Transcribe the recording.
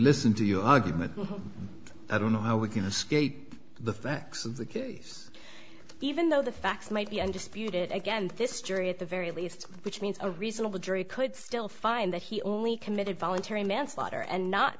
listen to your argument i don't know how we can escape the facts of the case even though the facts might be undisputed against this jury at the very least which means a reasonable jury could still find that he only committed voluntary manslaughter and not